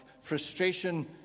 frustration